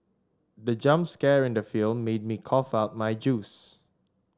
the jump scare in the film made me cough out my juice